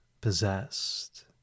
possessed